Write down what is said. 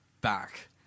back